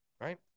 right